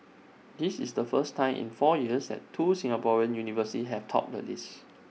this is the first time in four years that two Singaporean universities have topped the list